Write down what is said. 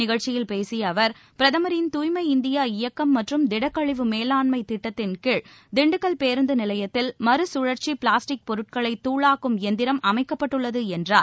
நிகழ்ச்சியில் பேசிய அவர் பிரதமரின் தூய்மை இந்தியா இயக்கம் மற்றும் திடக்கழிவு மேலாண்மை திட்டத்தின் கீழ திண்டுக்கல் பேருந்து நிலையத்தில் மறுகழற்சி பிளாஸ்டிக் பொருட்களை தூளாக்கும் எந்திரம் அமைக்கப்பட்டுள்ளது என்றார்